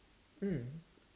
mm